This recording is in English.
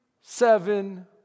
seven